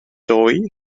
doi